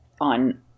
on